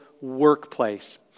workplace